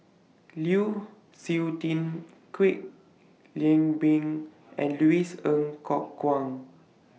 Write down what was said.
Lu Suitin Kwek Leng Beng and Louis Ng Kok Kwang